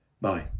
Bye